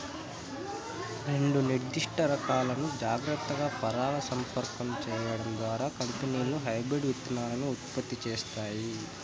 రెండు నిర్దిష్ట రకాలను జాగ్రత్తగా పరాగసంపర్కం చేయడం ద్వారా కంపెనీలు హైబ్రిడ్ విత్తనాలను ఉత్పత్తి చేస్తాయి